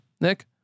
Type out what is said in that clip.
Nick